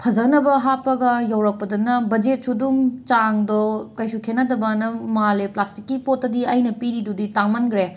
ꯐꯖꯅꯕ ꯍꯥꯞꯄꯒ ꯌꯧꯔꯛꯄꯗꯅ ꯕꯖꯦꯠꯁꯨꯗꯨꯝ ꯆꯥꯡꯗꯣ ꯀꯩꯁꯨ ꯈꯦꯠꯅꯗꯕꯅ ꯃꯥꯜꯂꯦ ꯄ꯭ꯂꯥꯁꯇꯤꯛꯀꯤ ꯄꯣꯠꯇꯗꯤ ꯑꯩꯅ ꯄꯤꯔꯤꯗꯨꯗꯤ ꯇꯥꯡꯃꯟꯈ꯭ꯔꯦ